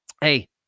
hey